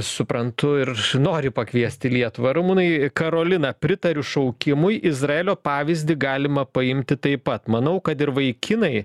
suprantu ir noriu pakviest į lietuvą ramūnai karolina pritariu šaukimui izraelio pavyzdį galima paimti taip pat manau kad ir vaikinai